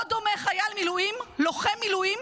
לא דומה חייל מילואים, לוחם מילואים,